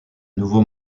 nouveau